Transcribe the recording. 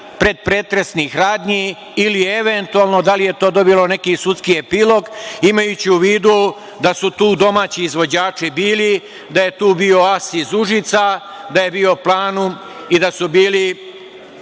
predpretresnih radnji ili eventualno da li je to dobilo neki sudski epilog, imajući u vidu da su to domaći izvođači bili, da je tu bio „As“ iz Užica, da je bio „Planum“ i da su bila